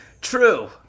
True